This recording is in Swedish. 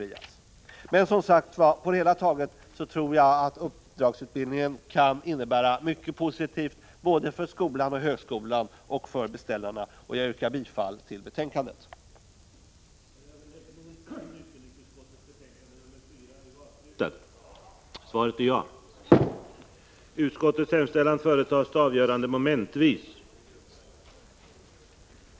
På det hela taget tror jag, som jag redan sagt, att uppdragsutbildning kan innebära mycket positivt såväl för skolan och högskolan som för beställarna. Jag yrkar bifall till utskottets hemställan.